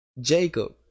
Jacob